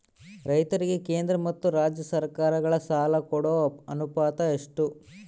ರೈತರಿಗೆ ಕೇಂದ್ರ ಮತ್ತು ರಾಜ್ಯ ಸರಕಾರಗಳ ಸಾಲ ಕೊಡೋ ಅನುಪಾತ ಎಷ್ಟು?